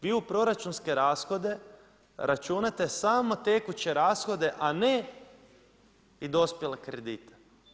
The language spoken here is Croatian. Vi u proračunske rashode računate samo tekuće rashode, a ne i dospjele kredite.